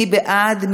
מי בעד?